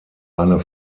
eine